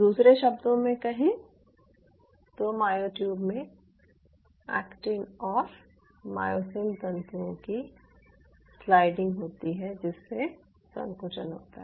दूसरे शब्दों में कहें तो मायोट्यूब में ऐक्टिन और मायोसिन तंतुओं की स्लाइडिंग होती है जिससे संकुचन होता है